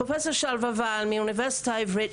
פרופ' שלווה וייל מהאונ' העברית,